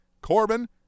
Corbin